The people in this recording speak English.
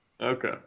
Okay